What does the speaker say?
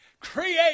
Create